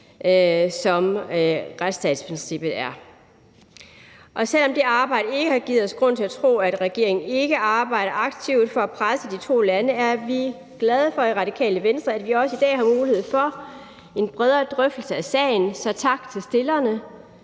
som retsstatsprincippet er. Og selv om det arbejde ikke har givet os grund til at tro, at regeringen ikke arbejder aktivt for at presse de to lande, er vi glade for i Radikale Venstre, at vi også i dag har mulighed for en bredere drøftelse af sagen. Så tak til stillerne